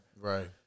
right